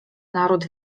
naród